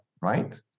right